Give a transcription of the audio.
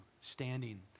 standing